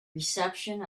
reception